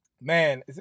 man